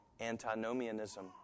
antinomianism